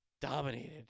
dominated